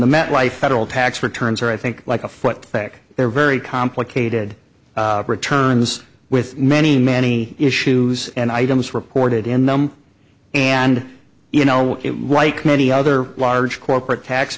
the metlife federal tax returns are i think like a foot thick they're very complicated returns with many many issues and items reported in them and you know it was like many other large corporate tax